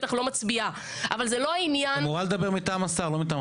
הצענו בסעיף 9 את העניין האופרטיבי לגבי תפקידי המפכ"ל.